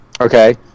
Okay